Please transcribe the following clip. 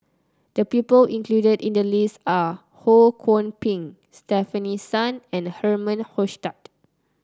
the people included in the list are Ho Kwon Ping Stefanie Sun and Herman Hochstadt